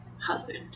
husband